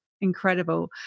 incredible